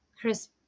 crisp